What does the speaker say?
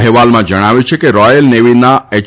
અહેવાલમાં જણાવ્યું છે કે રોયલ નેવીના એય